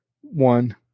one